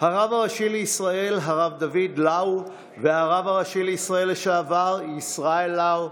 הרב הראשי לישראל דוד לאו והרב הראשי לישראל לשעבר ישראל לאו,